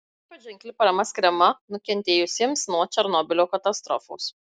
ypač ženkli parama skiriama nukentėjusiems nuo černobylio katastrofos